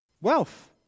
Wealth